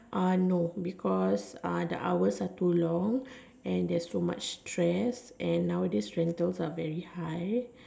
uh no because uh the hours are too long and there's too much trash and nowadays rental are very high